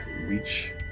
reach